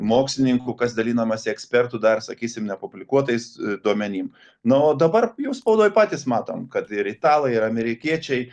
mokslininkų kas dalinamasi ekspertų dar sakysim nepublikuotais duomenim na o dabar jau spaudoj patys matom kad ir italai ir amerikiečiai